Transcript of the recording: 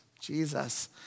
Jesus